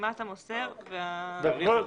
וחתימת המוסר והמקבל.